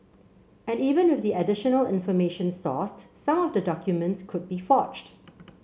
and even with the additional information sourced some of the documents could be forged